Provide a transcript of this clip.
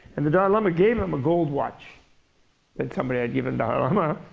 and the dalai lama gave him a gold watch that somebody had given dalai lama.